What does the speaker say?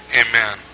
amen